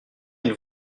êtes